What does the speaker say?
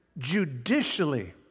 judicially